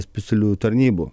specialiųjų tarnybų